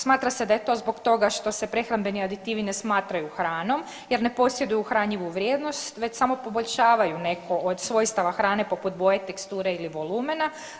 Smatra se da je to zbog toga što se prehrambeni aditivi ne smatraju hranom jer ne posjeduju hranjivu vrijednost već samo poboljšavaju neku od svojstava hrane poput boje, teksture ili volumena.